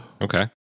Okay